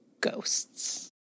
ghosts